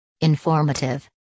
Informative